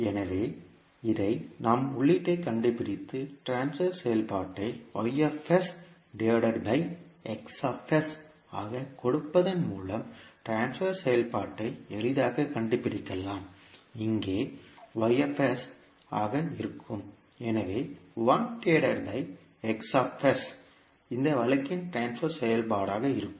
எனவே இதை நாம் உள்ளீட்டைக் கண்டுபிடித்து ட்ரான்ஸ்பர் செயல்பாட்டை ஆகக் கொடுப்பதன் மூலம் ட்ரான்ஸ்பர் செயல்பாட்டை எளிதாகக் கண்டுபிடிக்கலாம் இங்கே அலகு ஆக இருக்கும் எனவே கள் இந்த வழக்கின் ட்ரான்ஸ்பர் செயல்பாடாக இருக்கும்